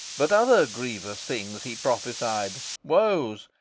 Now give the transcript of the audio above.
but other grievous things he prophesied, woes,